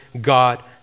God